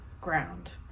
ground